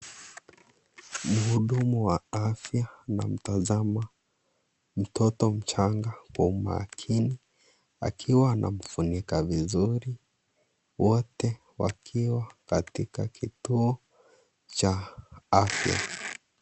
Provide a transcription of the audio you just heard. Mhudumu wa afya, anamtazama mtoto mchanga, kwa umakini. Akiwa anamfunikwa vizuri, wote wakiwa katika kituo cha afya.